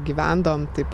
gyvendavom taip